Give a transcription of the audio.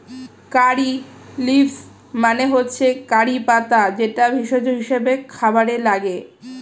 কারী leaves মানে হচ্ছে curry পাতা যেটা ভেষজ হিসেবে খাবারে লাগে